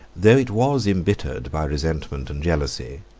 though it was imbittered by resentment and jealousy,